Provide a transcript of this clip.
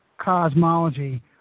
cosmology